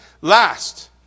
last